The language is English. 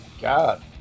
god